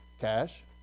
Cash